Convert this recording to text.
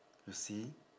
you see